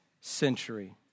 century